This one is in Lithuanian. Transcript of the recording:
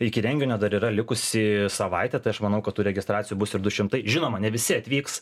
iki renginio dar yra likusi savaitė tai aš manau kad tų registracijų bus ir du šimtai žinoma ne visi atvyks